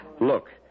Look